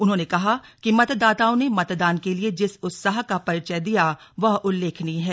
उन्होंने कहा कि मतदाताओं ने मतदान के लिए जिस उत्साह का परिचय दिया वह उल्लेखनीय है